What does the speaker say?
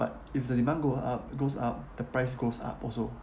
but if the demand go up goes up the price goes up also